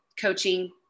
coaching